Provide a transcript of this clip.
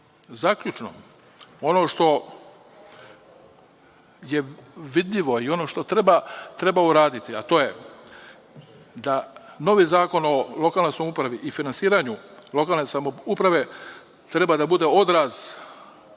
ono što je vidljivo i što treba uraditi jeste da novi zakon o lokalnoj samoupravi i finansiranju lokalne samouprave treba da bude odraz